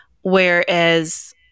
Whereas